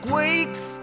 weeks